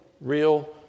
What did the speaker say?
real